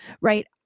right